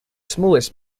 smallest